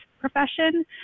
profession